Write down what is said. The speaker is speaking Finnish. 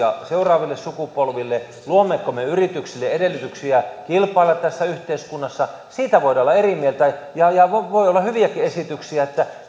seuraaville sukupolville luommeko me yrityksille edellytyksiä kilpailla tässä yhteiskunnassa siitä voidaan olla eri mieltä ja ja voi olla hyviäkin esityksiä